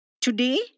Today